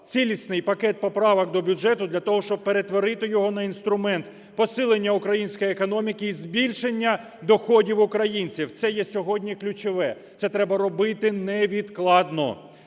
цілісний пакет поправок до бюджету, для того щоб перетворити його на інструмент посилення української економіки і збільшення доходів українців. Це є сьогодні ключове, це треба робити невідкладно.